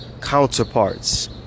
counterparts